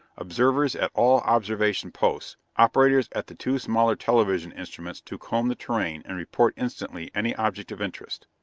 observers at all observation posts, operators at the two smaller television instruments to comb the terrain and report instantly any object of interest.